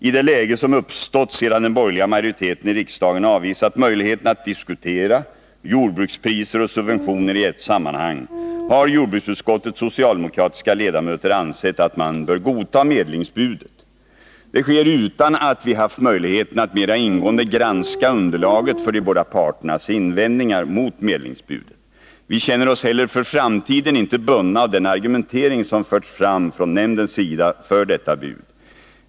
I det läge som uppstått sedan den borgerliga majoriteten i riksdagen avvisat möjligheterna att diskutera jordbrukspriser och subventioner i ett sammanhang har jordbruksutskottets socialdemokratiska ledamöter ansett att man bör godta medlingsbudet. Det sker utan att vi haft möjlighet att mera ingående granska underlaget för de båda parternas invändningar mot medlingsbudet. Vi känner oss inte heller för framtiden bundna av den argumentering som förts fram från nämndens sida för detta bud.